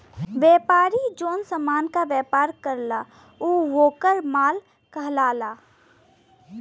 व्यापारी जौन समान क व्यापार करला उ वोकर माल कहलाला